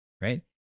right